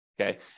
okay